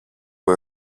που